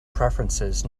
preferences